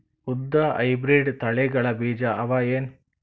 ಉದ್ದ ಹೈಬ್ರಿಡ್ ತಳಿಗಳ ಬೀಜ ಅವ ಏನು?